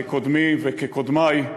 כקודמי וכקודמַי,